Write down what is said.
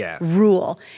rule